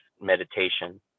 meditation